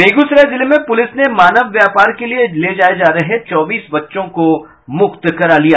बेगूसराय जिले में पुलिस ने मानव व्यापार के लिये ले जाये जा रहे चौबीस बच्चों को बरामद कर लिया